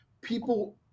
People